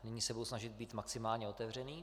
Nyní se budu snažit být maximálně otevřený.